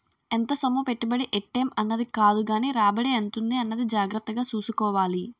ఎంత సొమ్ము పెట్టుబడి ఎట్టేం అన్నది కాదుగానీ రాబడి ఎంతుంది అన్నది జాగ్రత్తగా సూసుకోవాలి